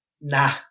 nah